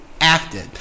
acted